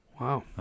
Wow